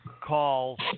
calls